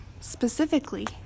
specifically